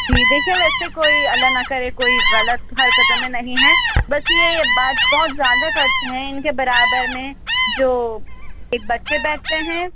جی دیکھیے ویسے کوئی اللہ نہ کرے کوئی غلط حرکتوں میں نہیں ہیں بس یہ بات بہت زیادہ کرتے ہیں ان کے برابر میں جو ایک بچے بیٹھتے ہیں